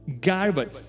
garbage